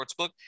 Sportsbook